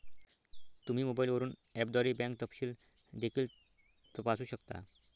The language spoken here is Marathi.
तुम्ही मोबाईलवरून ऍपद्वारे बँक तपशील देखील तपासू शकता